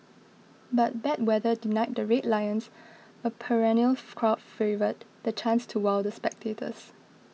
but bad weather denied the Red Lions a perennial crowd favourite the chance to wow the spectators